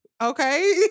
Okay